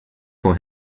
for